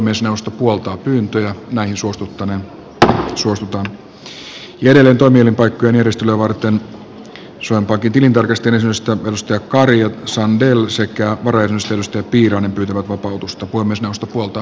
toimielinpaikkojen järjestelyä varten pyytävät vapautusta suomen pankin tilintarkastajien jäsenyydestä edustaja mika kari ja kht jhtt tom sandell sekä varajäsenyydestä edustaja raimo piirainen